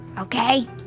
okay